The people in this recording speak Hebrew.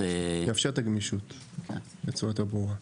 --- יאפשר את הגמישות בצורה יותר ברורה.